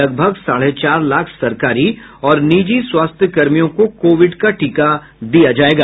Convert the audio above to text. लगभग साढ़े चार लाख सरकारी और निजी स्वास्थ्यकर्मियों को कोविड का टीका दिया जायेगा